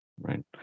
Right